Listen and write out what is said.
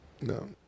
No